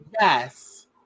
Yes